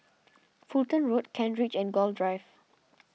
Fulton Road Kent Ridge and Gul Drive